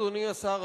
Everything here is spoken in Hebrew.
אדוני השר,